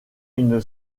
une